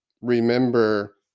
remember